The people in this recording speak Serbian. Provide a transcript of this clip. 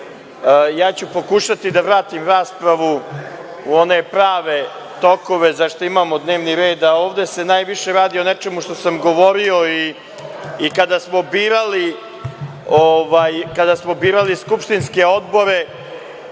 pokušaću da vratim raspravu u one prave tokove, za šta imamo dnevni red, a ovde se najviše radi o nečemu o čemu sam govorio i kada sam govorio skupštinske odbore,